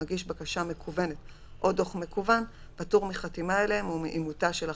המגיש בקשה מקוונת או דוח מקוון פטור מחתימה עליהם ומאימותה של החתימה".